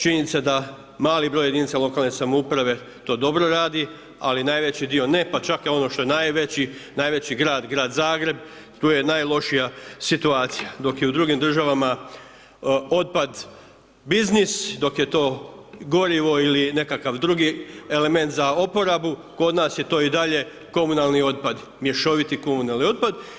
Činjenica da mali broj jedinica lokalne samouprave to dobro radi, ali najveći dio ne, pa čak i ono što je najveći grad, grad Zagreb, tu je najlošija situacija, dok je u drugim državama otpad biznis, dok je to gorivo ili nekakav drugi element za uporabu, kod nas je to i dalje komunalni otpad, mješoviti komunalni otpad.